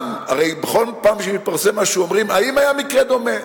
הרי בכל פעם שמתפרסם משהו אומרים: האם היה מקרה דומה?